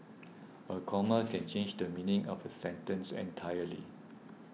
a comma can change the meaning of a sentence entirely